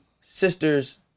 sisters